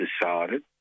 decided